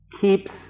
keeps